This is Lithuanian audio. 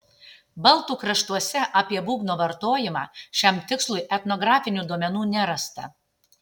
baltų kraštuose apie būgno vartojimą šiam tikslui etnografinių duomenų nerasta